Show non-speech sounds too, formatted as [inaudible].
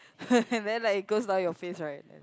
[laughs] and then like it goes down your face right